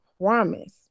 promise